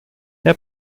herr